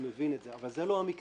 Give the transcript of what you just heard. אני מבין את זה, אבל זה לא המקרה.